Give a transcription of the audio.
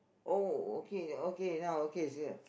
oh okay okay then I okay